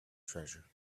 treasure